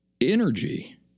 energy